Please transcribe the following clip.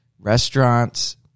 restaurants